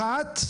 אחת.